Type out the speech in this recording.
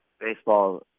baseball